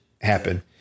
happen